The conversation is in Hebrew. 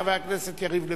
חבר הכנסת יריב לוין,